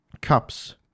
cups